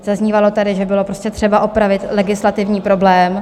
Zaznívalo tady, že bylo prostě třeba opravit legislativní problém.